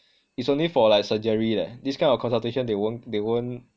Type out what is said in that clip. it's only for like surgery leh this kind of consultation they won't they won't